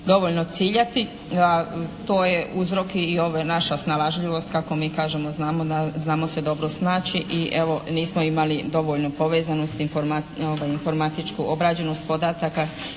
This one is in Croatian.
dovoljno ciljati. To je uzrok i ova naša snalažljivost kako mi kažemo, znamo se dobro snaći i evo, nismo imali dovoljnu povezanost, informatičku obrađenost podataka